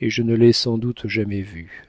et je ne l'ai sans doute jamais vu